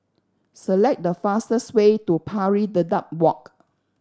select the fastest way to Pari Dedap Walk